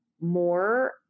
more